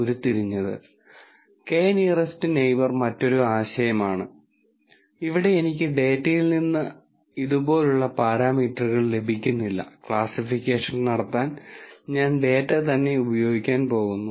regression analysis K nearest neighbour K means clustering logistic regression principal component analysis എന്നിങ്ങനെയുള്ള ടെക്നിക്കുകൾ ഉണ്ട് ഇവയെല്ലാം ഈ കോഴ്സിൽ നിങ്ങൾ കാണും തുടർന്ന് പ്രെഡിക്റ്റീവ് മോഡലിംഗിനെക്കുറിച്ച് സംസാരിക്കും